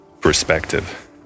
perspective